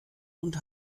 und